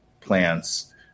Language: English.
plants